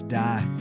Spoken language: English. die